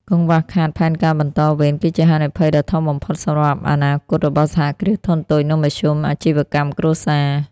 កង្វះខាតផែនការបន្តវេន គឺជាហានិភ័យដ៏ធំបំផុតសម្រាប់អនាគតរបស់ សហគ្រាសធុនតូច និងមធ្យម អាជីវកម្មគ្រួសារ។